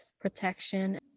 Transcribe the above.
protection